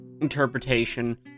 interpretation